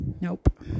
Nope